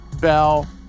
Bell